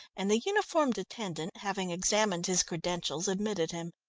and the uniformed attendant, having examined his credentials, admitted him.